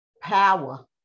power